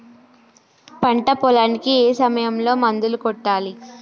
పంట పొలానికి ఏ సమయంలో మందులు కొట్టాలి?